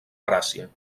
gràcia